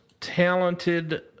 talented